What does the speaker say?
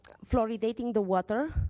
fluoridating the water